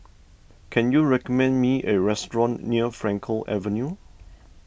can you recommend me a restaurant near Frankel Avenue